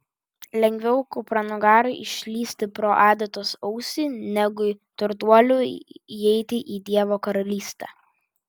lengviau kupranugariui išlįsti pro adatos ausį negu turtuoliui įeiti į dievo karalystę